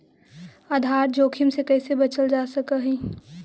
आधार जोखिम से कइसे बचल जा सकऽ हइ?